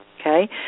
Okay